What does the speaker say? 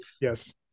Yes